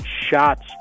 shots